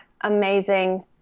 amazing